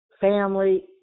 family